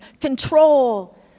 control